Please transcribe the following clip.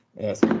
Yes